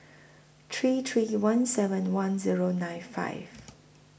three three one seven one Zero nine five